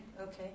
okay